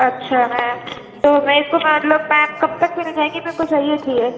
اچھا میم تو میں اِس کو میم کب تک مِل جائے گی میرے کو چاہیے تھی یہ